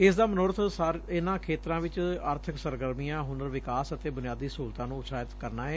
ਇਸ ਦਾ ਮਨੋਰਥ ਇਨੂਾਂ ਖੇਤਰਾਂ ਵਿਚ ਆਰਥਕ ਸਰਗਰਮੀਆਂ ਹੁਨਰ ਵਿਕਾਸ ਅਤੇ ਬੁਨਿਆਦੀ ਸਹੁਲਤਾਂ ਨੂੰ ਉਤਸ਼ਾਹਿਤ ਕਰਨਾ ਏ